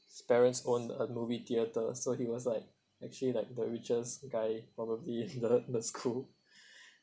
parents own a movie theatre so he was like actually like the richest guy probably in the the school